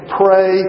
pray